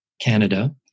Canada